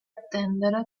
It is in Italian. attendere